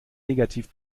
negativ